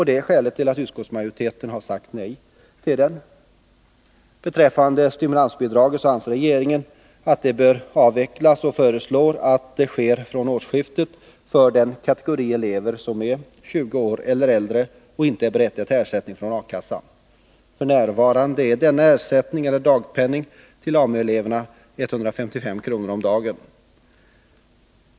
Det är skälet till att utskottsmajoriteten har sagt nej till den. Beträffande stimulansbidraget så anser regeringen att det bör avvecklas, och man föreslår att det sker från årsskiftet för den kategori elever som är 20 år eller äldre och inte är berättigade till ersättning från A-kassan. F. n. är denna ersättning eller dagpenning till AMU-elever 155 kr. om dagen.